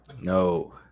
No